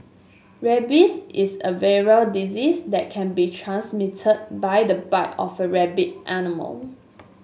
rabies is a viral disease that can be transmitted by the bite of a rabid animal